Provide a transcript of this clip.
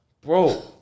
Bro